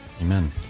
Amen